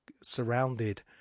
surrounded